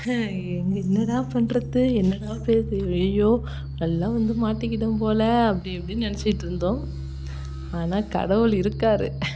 ஹ எங்கள் என்னடா பண்ணுறது என்னடா பேசு ஐயய்யோ நல்லா வந்து மாட்டிக்கிட்டோம் போல் அப்படி இப்படின்னு நினைச்சிக்கிட்ருந்தோம் ஆனால் கடவுள் இருக்கார்